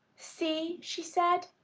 see, she said,